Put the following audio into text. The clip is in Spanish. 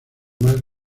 más